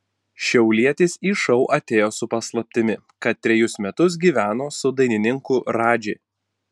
šiaulietis į šou atėjo su paslaptimi kad trejus metus gyveno su dainininku radži